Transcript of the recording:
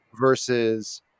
versus